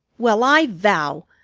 well, i vow!